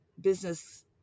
business